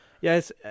Yes